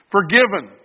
Forgiven